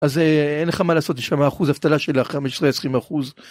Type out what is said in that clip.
אז אין לך מה לעשות, יש שם אחוז אבטלה של 15, 20 אחוז.